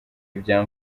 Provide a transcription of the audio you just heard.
ibya